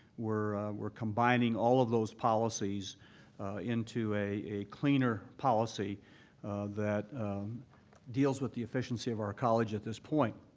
we're we're combining all of those policies into a a cleaner policy that deals with the efficiency of our college at this point.